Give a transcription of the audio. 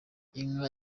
inka